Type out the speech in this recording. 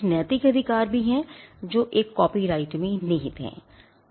कुछ नैतिक अधिकार भी हैं जो एक कॉपीराइट में निहित हैं